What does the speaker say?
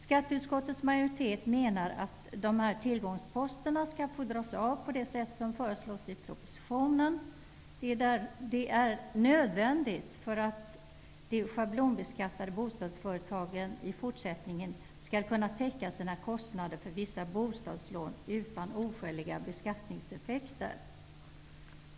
Skatteutskottets majoritet menar att dessa tillgångsposter skall få dras av på det sätt som föreslås i propositionen. Detta är nödvändigt för att de schablonbeskattade bostadsföretagen i fortsättningen skall kunna täcka sina kostnader för vissa bostadslån utan oskäliga beskattningseffekter.